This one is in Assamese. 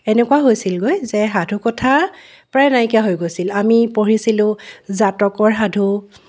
এনেকুৱা হৈছিল গৈ যে সাধু কথা প্ৰায় নাইকিয়া হৈ গৈছিল আমি পঢ়িছিলোঁ জাতকৰ সাধু